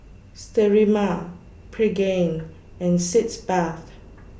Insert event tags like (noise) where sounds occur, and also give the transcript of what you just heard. Sterimar Pregain and Sitz Bath (noise)